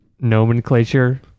nomenclature